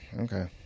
okay